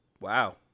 Wow